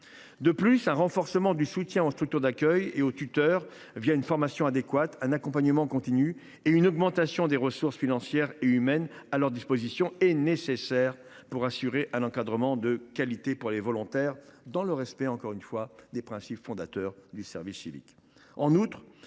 De plus, un renforcement du soutien aux structures d’accueil et aux tuteurs, une formation adéquate, un accompagnement continu et une augmentation des ressources financières et humaines à leur disposition est nécessaire pour assurer un encadrement de qualité pour les volontaires, dans le respect des principes fondateurs du service civique.